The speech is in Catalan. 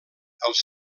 els